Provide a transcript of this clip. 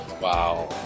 Wow